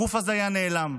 הגוף הזה היה נעלם.